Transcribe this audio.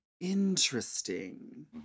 Interesting